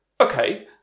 Okay